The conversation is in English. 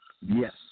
Yes